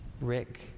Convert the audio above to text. Rick